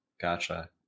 gotcha